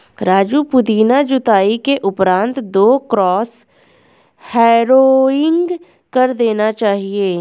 राजू पुदीना जुताई के उपरांत दो क्रॉस हैरोइंग कर देना चाहिए